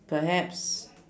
perhaps